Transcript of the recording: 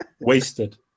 Wasted